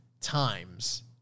times